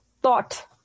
Thought